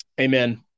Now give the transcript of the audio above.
Amen